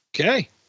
okay